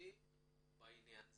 בעניין הזה,